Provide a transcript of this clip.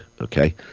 Okay